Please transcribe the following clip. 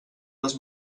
les